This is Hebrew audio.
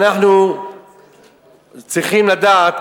אנחנו צריכים לדעת,